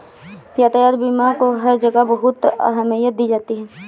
यातायात बीमा को हर जगह बहुत अहमियत दी जाती है